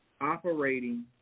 operating